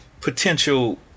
potential